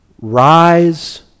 rise